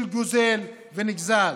של גוזל ונגזל.